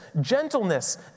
gentleness